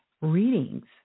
readings